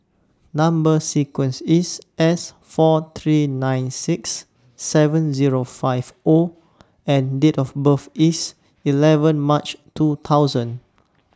Number sequence IS S four three nine six seven Zero five O and Date of birth IS eleven March two thousand